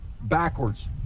backwards